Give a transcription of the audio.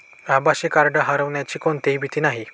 आभासी कार्ड हरवण्याची कोणतीही भीती नाही